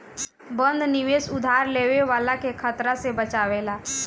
बंध निवेश उधार लेवे वाला के खतरा से बचावेला